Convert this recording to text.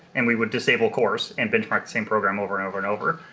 and we would disable cores and benchmark the same program over and over and over.